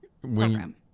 program